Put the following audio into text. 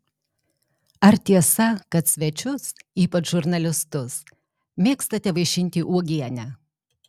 ar tiesa kad svečius ypač žurnalistus mėgstate vaišinti uogiene